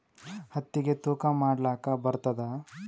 ಹತ್ತಿಗಿ ತೂಕಾ ಮಾಡಲಾಕ ಬರತ್ತಾದಾ?